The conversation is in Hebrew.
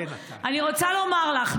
אני רוצה לומר לך,